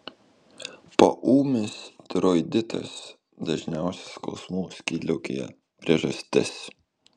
poūmis tiroiditas dažniausia skausmų skydliaukėje priežastis